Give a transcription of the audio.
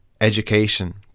education